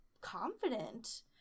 confident